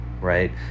right